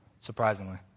surprisingly